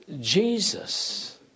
Jesus